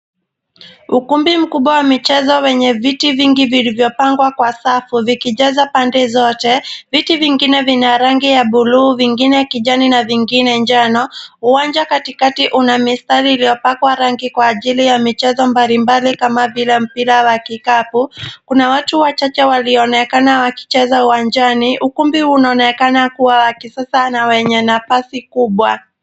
Ukumbi mkubwa wa michezo wenye viti vingi vilivyopangwa kwa safu vikijaza pande zote. Viti vingine vina rangi ya bluu, vingine kijani na vingine njano. Uwanja katikati una mistari iliyopakwa rangi kwa ajili ya michezo mbali mbali kama vile: mpira wa kikapu. Kuna watu wachache walioonekana wakicheza uwanjani. Ukumbi unaonekana kuwa wa kisasa na wenye nafasi kubwa.